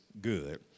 good